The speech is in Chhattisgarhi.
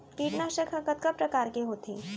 कीटनाशक ह कतका प्रकार के होथे?